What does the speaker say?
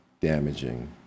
damaging